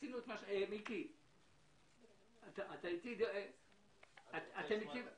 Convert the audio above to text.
תצביע, תגיש על